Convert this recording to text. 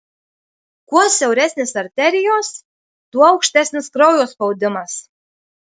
kuo siauresnės arterijos tuo aukštesnis kraujo spaudimas